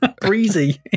Breezy